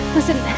Listen